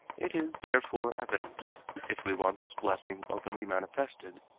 it is therefore evident if we want this blessing openly manifested,